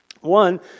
one